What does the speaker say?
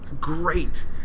great